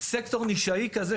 בסקטור נישתי כזה,